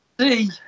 see